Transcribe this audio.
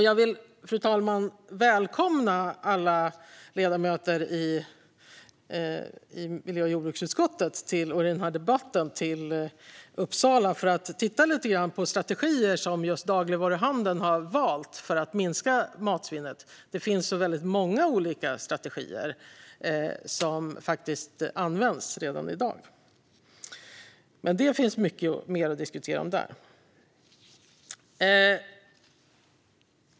Jag vill, fru talman, välkomna alla ledamöter i miljö och jordbruksutskottet och i denna debatt till Uppsala för att titta lite grann på strategier som just dagligvaruhandeln har valt för att minska matsvinnet. Det finns väldigt många olika strategier som används redan i dag, och det finns mycket mer att diskutera. Fru talman!